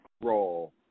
roll